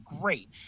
great